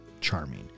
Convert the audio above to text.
charming